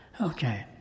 Okay